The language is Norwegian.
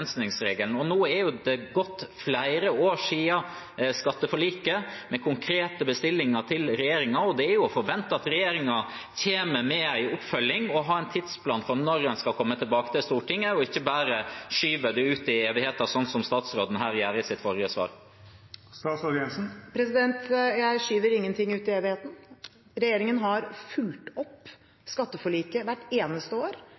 og – som sagt – rentebegrensningsregelen. Nå har det gått flere år siden skatteforliket, med konkrete bestillinger til regjeringen. Da er det å forvente at regjeringen kommer med en oppfølging og har en tidsplan for når en skal komme tilbake til Stortinget, og ikke bare skyver det ut i evigheten, slik som statsråden gjorde i sitt forrige svar. Jeg skyver ingenting ut i evigheten. Regjeringen har fulgt opp skatteforliket hvert eneste år